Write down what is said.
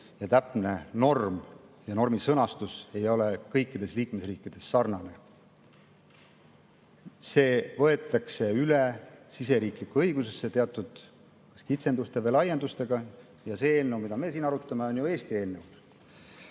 täpne norm ja normi sõnastus ei ole kõikides liikmesriikides sarnased. Need võetakse üle siseriiklikku õigusesse teatud kitsenduste või laiendustega ja see eelnõu, mida me siin arutame, on ju Eesti